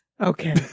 Okay